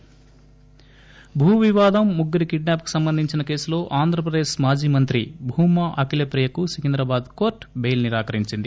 కాగా భూ వివాదం ముగ్గురి కిడ్నాప్ కు సంబంధించిన కేసులో ఆంధ్ర ప్రదేశ్ మాజీ మంత్రి భూమా ఆఖిలప్రియకు సికిందరాబాద్ కోర్టు బెయిల్ నిరాకరించింది